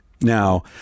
Now